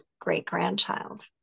great-grandchild